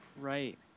Right